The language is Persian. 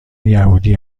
یهودی